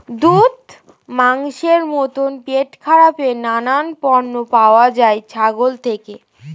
দুধ, মাংসের মতো পেটখারাপের নানান পণ্য পাওয়া যায় ছাগল থেকে